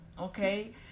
okay